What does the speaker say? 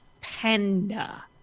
panda